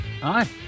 Hi